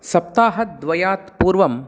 सप्ताहद्वयात् पूर्वं